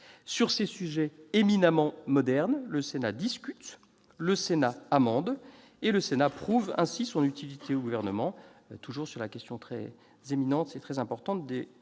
Sur ces sujets éminemment modernes, le Sénat discute et le Sénat amende ; le Sénat prouve ainsi son utilité au Gouvernement, comme toujours sur la question très importante des